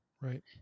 Right